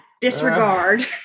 Disregard